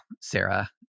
Sarah